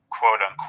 quote-unquote